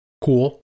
cool